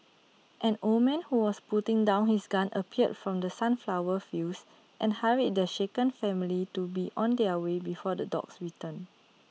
an old man who was putting down his gun appeared from the sunflower fields and hurried the shaken family to be on their way before the dogs return